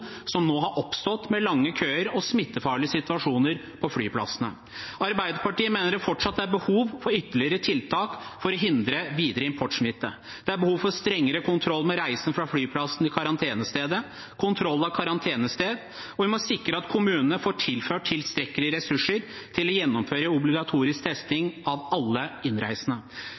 som nå har oppstått, med lange køer og smittefarlige situasjoner på flyplassene. Arbeiderpartiet mener det fortsatt er behov for ytterligere tiltak for å hindre videre importsmitte. Det er behov for strengere kontroll med reisen fra flyplassen til karantenestedet og kontroll av karantenested, og vi må sikre at kommunene får tilført tilstrekkelige ressurser til å gjennomføre obligatorisk testing av alle innreisende.